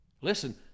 Listen